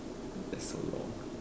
that's so long